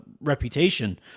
reputation